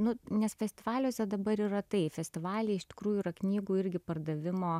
nu nes festivaliuose dabar yra tai festivaliai iš tikrųjų yra knygų irgi pardavimo